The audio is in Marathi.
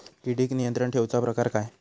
किडिक नियंत्रण ठेवुचा प्रकार काय?